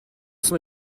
sont